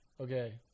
okay